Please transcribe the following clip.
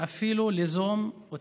ואפילו ליזום אותן.